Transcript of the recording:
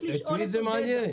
זה לא משתלם.